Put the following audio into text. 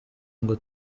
ngo